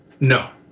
no,